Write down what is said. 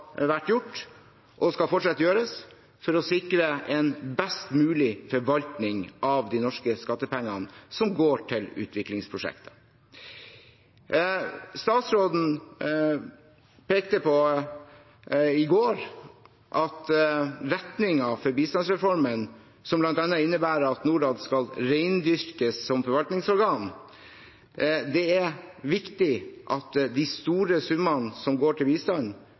og skal fortsatt gjøres, for å sikre en best mulig forvaltning av de norske skattepengene som går til utviklingsprosjekter. Statsråden pekte i går på retningen for bistandsreformen, som bl.a. innebærer at Norad skal rendyrkes som forvaltningsorgan. Det er viktig at de store summene som går til bistand